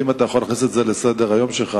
ואם אתה יכול להכניס את זה לסדר-היום שלך,